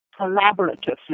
collaboratively